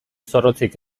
zorrotzik